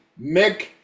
Mick